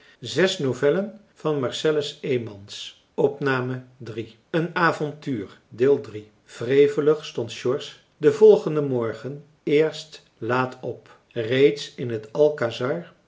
mariée wrevelig stond george den volgenden morgen eerst laat op reeds in het alcazar